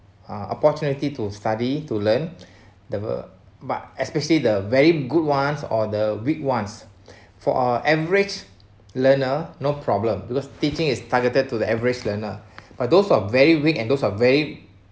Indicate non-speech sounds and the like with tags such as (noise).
uh opportunity to study to learn the world but especially the very good ones or the weak ones (breath) for a average learner no problem because teaching is targeted to the average learner (breath) but those who are very weak and those who are very